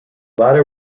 latter